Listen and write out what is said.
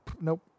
Nope